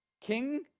king